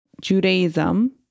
judaism